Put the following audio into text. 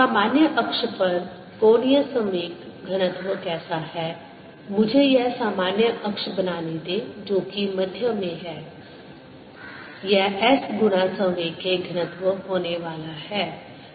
सामान्य अक्ष पर कोणीय संवेग घनत्व कैसा है मुझे यह सामान्य अक्ष बनाने दें जो कि मध्य में है यह s गुना संवेग के घनत्व होने वाला है